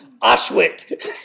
Auschwitz